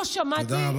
לא שמעתי, תודה רבה.